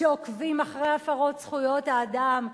שעוקבים אחרי הפרות זכויות האדם,